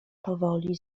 powoli